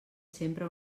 sempre